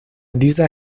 dieser